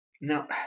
Now